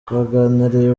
twaganiriye